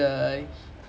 ya